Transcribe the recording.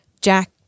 Jack